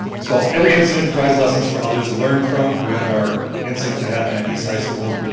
so every incident provides lessons for others to learn from. we have our incident that happened at east high school.